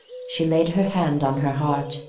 she laid her hand on her heart,